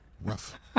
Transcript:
Rough